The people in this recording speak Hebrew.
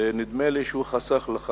ונדמה לי שהוא חסך לך